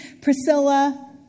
Priscilla